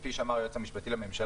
כפי שאמר גם היועץ המשפטי של הוועדה.